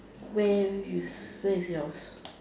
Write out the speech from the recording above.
where you where is yours